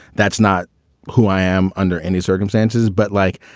that's not who i am. under any circumstances. but like,